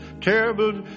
terrible